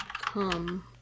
come